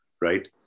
right